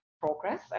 progress